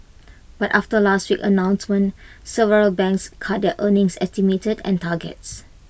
but after last week's announcement several banks cut earnings estimates and targets